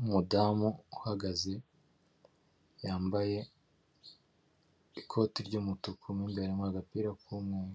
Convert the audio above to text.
Umudamu uhagaze yambaye ikoti ry'umutuku mo imbere harimo agapira k'umweru,